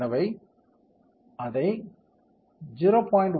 எனவே அதை 0